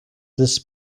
this